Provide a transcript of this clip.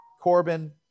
Corbin